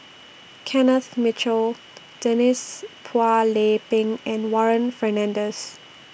Kenneth Mitchell Denise Phua Lay Peng and Warren Fernandez